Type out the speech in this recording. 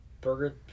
burger